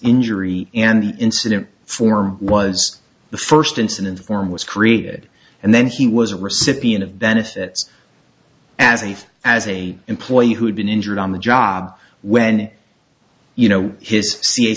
injury and incident form was the first incident a form was created and then he was a recipient of benefits as a as a employee who had been injured on the job when you know his ca